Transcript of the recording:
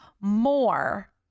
more